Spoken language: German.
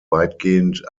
weitgehend